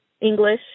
English